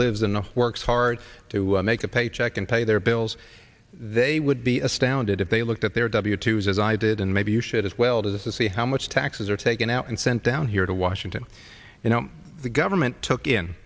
lives in the works hard to make a paycheck and pay their bills they would be astounded if they looked at their w two s as i did and maybe you should as well to see how much taxes are taken out and sent down here to washington you know the government took in